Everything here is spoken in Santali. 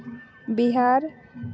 ᱵᱤᱦᱟᱨ